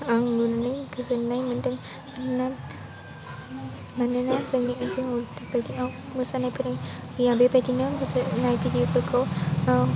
आं नुनानै गोजोन्नाय मोन्दों नुनानै मानोना जोंनि मोसानायफोर गैया बेबायदिनो मोसानाय भिडिअफोरखौ आं